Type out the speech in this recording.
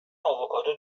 آووکادو